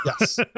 Yes